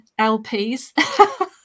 LPs